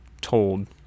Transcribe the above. told